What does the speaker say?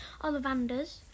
Ollivanders